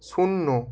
শূন্য